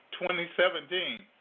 2017